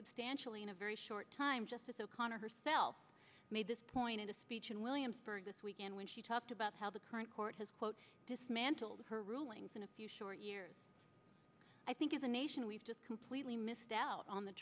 substantially in a very short time justice o'connor herself made this point in a speech in williamsburg this weekend when she talked about how the current court has quote dismantled her rulings in a few short years i think as a nation we've just completely missed out on the